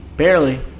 Barely